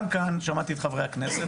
שמעתי את חברי הכנסת,